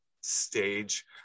stage